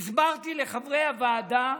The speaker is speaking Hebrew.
הסברתי לחברי הוועדה,